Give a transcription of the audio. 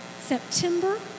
September